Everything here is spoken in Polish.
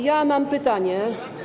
Ja mam pytanie.